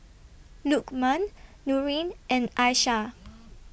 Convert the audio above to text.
Lukman Nurin and Aishah